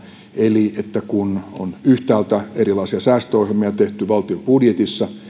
eli kun on yhtäältä erilaisia säästöohjelmia tehty valtion budjetissa